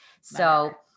So-